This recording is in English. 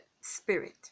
spirit